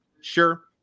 Sure